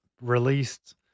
released